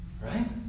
right